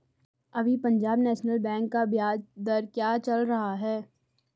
अभी Punjab National Bank का ब्याज दर क्या चल रहा है?